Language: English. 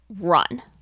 run